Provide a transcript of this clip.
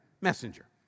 messenger